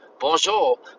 Bonjour